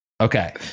Okay